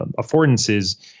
affordances